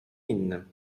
innym